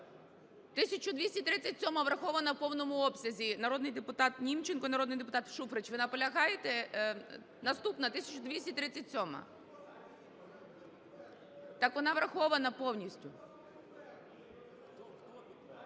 врахована в повному обсязі. Народний депутат Німченко, народний депутат Шуфрич, ви наполягаєте? Наступна 1237-а. Так вона врахована повністю.